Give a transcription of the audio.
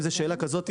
אם זו שאלה כזאת,